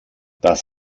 das